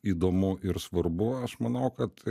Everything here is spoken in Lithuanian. įdomu ir svarbu aš manau kad